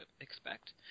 expect